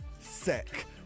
sick